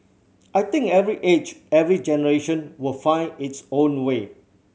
I think every age every generation will find its own way